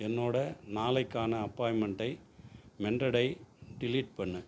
என்னோடய நாளைக்கான அப்பாய்ண்ட்மெண்ட்டை மெண்டடை டெலீட் பண்ணு